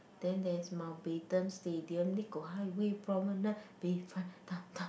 then there's Mountbatten Stadium Nicole Highway Promenade Bayfront Downtown